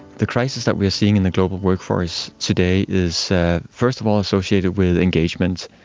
the crisis that we are seeing in the global workforce today is first of all associated with engagement.